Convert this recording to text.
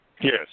Yes